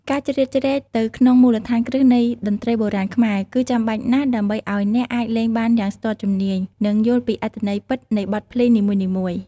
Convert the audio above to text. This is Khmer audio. ការជ្រៀតជ្រែកទៅក្នុងមូលដ្ឋានគ្រឹះនៃតន្ត្រីបុរាណខ្មែរ គឺចាំបាច់ណាស់ដើម្បីឱ្យអ្នកអាចលេងបានយ៉ាងស្ទាត់ជំនាញ និងយល់ពីអត្ថន័យពិតនៃបទភ្លេងនីមួយៗ។